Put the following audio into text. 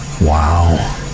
Wow